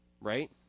Right